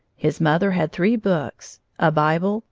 his mother had three books, a bible,